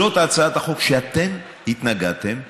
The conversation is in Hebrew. זאת הצעת החוק שאתם התנגדתם לה,